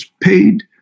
paid